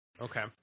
okay